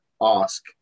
ask